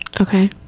okay